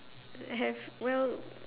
have well